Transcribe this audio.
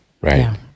Right